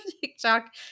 TikTok